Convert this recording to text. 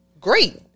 Great